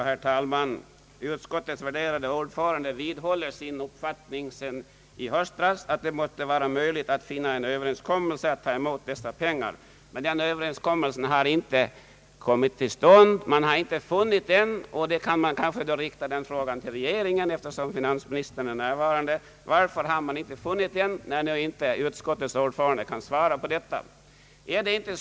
Herr talman! Utskottets värderade ordförande vidhåller sin uppfattning från i höstas att det skall vara möjligt att träffa en överenskommelse för att ta emot dessa pengar, men någon sådan har inte kommit till stånd. Man kan kanske rikta den frågan till regeringen, eftersom finansministern är närvarande: Varför har detta inte skett? Utskottets ordförande kan ju inte svara på detta.